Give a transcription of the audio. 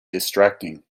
distracting